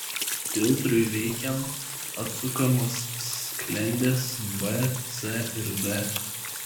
filtrui veikiant atsukamos sklendės b c ir d